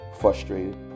frustrated